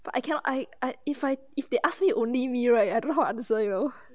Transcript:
but I cannot I I if I if they ask me only me right I don't know how to answer you know